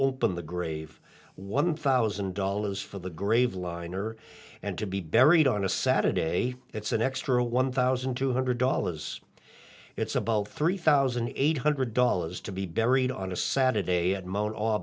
open the grave one thousand dollars for the grave liner and to be buried on a saturday it's an extra one thousand two hundred dollars it's about three thousand eight hundred dollars to be buried on a saturday and moan a